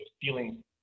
feeling